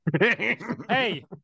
Hey